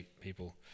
people